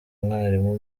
umwalimu